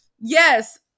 Yes